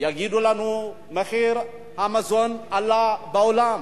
יגידו לנו: מחיר המזון עלה בעולם.